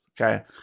Okay